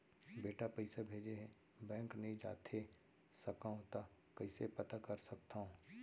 बेटा पइसा भेजे हे, बैंक नई जाथे सकंव त कइसे पता कर सकथव?